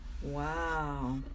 Wow